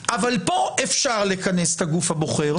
אבל פה אפשר לכנס את הגוף הבוחר,